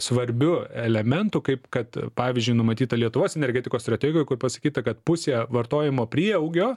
svarbiu elementu kaip kad pavyzdžiui numatyta lietuvos energetikos strategijoj pasakyta kad pusė vartojimo prieaugio